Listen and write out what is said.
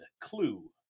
clue